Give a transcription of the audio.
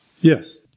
yes